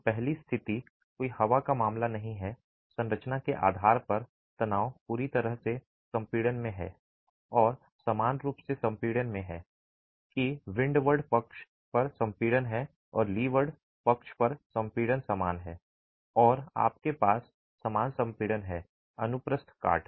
तो पहली स्थिति कोई हवा का मामला नहीं है संरचना के आधार पर तनाव पूरी तरह से संपीड़न में है और समान रूप से संपीड़न में है कि विंडवर्ड पक्ष पर संपीड़न है और लीवार्ड पक्ष पर संपीड़न समान है और आपके पास समान संपीड़न है अनुप्रस्थ काट